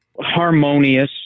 harmonious